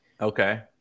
okay